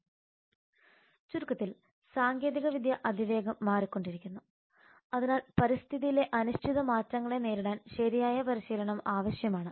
Refer Slide time 0808 ചുരുക്കത്തിൽ സാങ്കേതികവിദ്യ അതിവേഗം മാറിക്കൊണ്ടിരിക്കുന്നു അതിനാൽ പരിസ്ഥിതിയിലെ അനിശ്ചിത മാറ്റങ്ങളെ നേരിടാൻ ശരിയായ പരിശീലനം ആവശ്യമാണ്